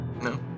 No